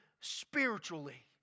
spiritually